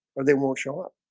or they won't show up